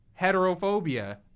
heterophobia